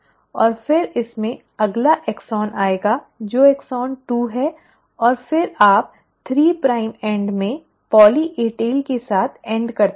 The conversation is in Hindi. और फिर इसमें अगला एक्सॉन आएगा जो एक्सॉन 2 है और फिर आप 3 प्राइम एंड में पॉली ए टेल के साथ समाप्त करते हैं